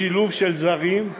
בשילוב זרים,